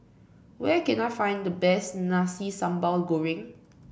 where can I find the best Nasi Sambal Goreng